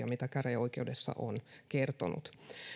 mitä käräjäoikeudessa on kertonut